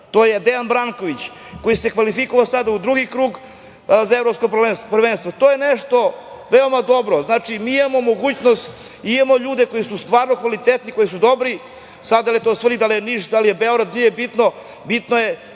to je Dejan Branković koji se kvalifikovao sada u drugi krug za evropsko prvenstvo. To je nešto veoma dobro. Znači da mi imamo mogućnost, imamo ljude koji su stvarno kvalitetni, koji su dobri, sad, da li je to Svrljig, da li je Niš, da li je Beograd, nije bitno,